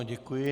Děkuji.